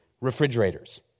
refrigerators